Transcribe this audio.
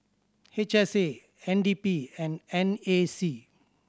H S A N D P and N A C